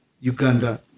Uganda